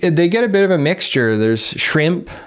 and they get a bit of a mixture. there's shrimp,